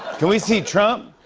can we see trump?